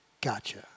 gotcha